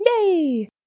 Yay